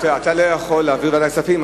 אתה לא יכול להעביר לוועדת הכספים.